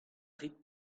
rit